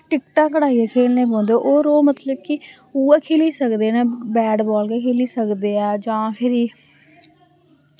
टिकटां कटाइयै खेलना पौंदा होर होर मतलब कि उऐ खेली सकदे न बैट बॉल गै खेली सकदे ऐ जां फिरी